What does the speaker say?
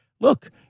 look